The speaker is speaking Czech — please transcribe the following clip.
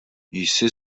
jsi